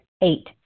Eight